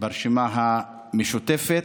ברשימה המשותפת.